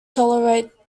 tolerate